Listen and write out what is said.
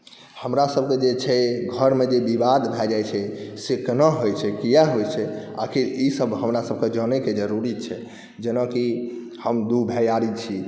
हमरासभकेँ जे छै घरमे जे विवाद भए जाइत छै से केना होइत छै किया होइत छै आखिर ईसभ हमरासभके जानयके जरूरी छै जेनाकि हम दू भैआरी छी